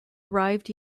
arrived